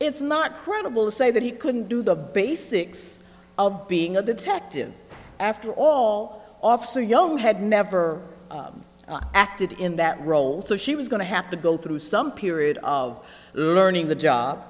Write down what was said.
it's not credible to say that he couldn't do the basics of being a detective after all officer young had never acted in that role so she was going to have to go through some period of earning